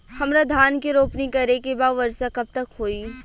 हमरा धान के रोपनी करे के बा वर्षा कब तक होई?